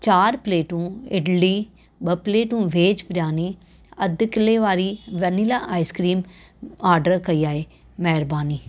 चार प्लेटूं इडली ॿ प्लेटूं वेज बिरयानी अधि किले वारी वनीला आइस्क्रीम ऑडर कई आहे महिरबानी